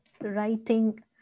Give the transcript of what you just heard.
writing